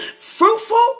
fruitful